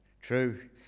true